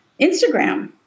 Instagram